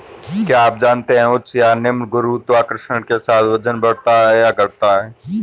क्या आप जानते है उच्च या निम्न गुरुत्वाकर्षण के साथ वजन बढ़ता या घटता है?